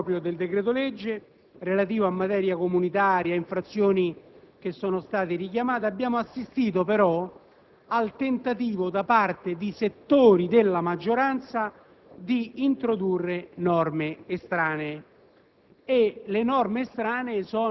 Rispetto al contenuto proprio del decreto-legge, relativo a materia comunitaria e a infrazioni che sono state richiamate, abbiamo assistito al tentativo da parte di settori della maggioranza di introdurre norme estranee.